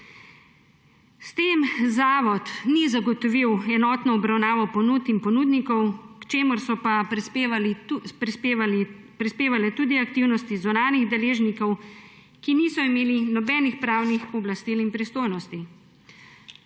S tem zavod ni zagotovil enotne obravnave ponudb in ponudnikov, k čemur so pa prispevale tudi aktivnosti zunanjih deležnikov, ki niso imeli nobenih pravnih pooblastil in pristojnosti.